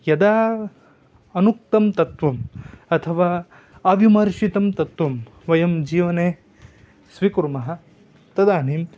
यदा अनुक्तं तत्वम् अथवा अविमर्षितं तत्वं वयं जीवने स्वीकुर्मः तदानीम्